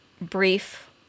brief